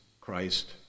Christ